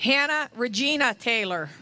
hannah regina taylor